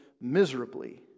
miserably